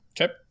Okay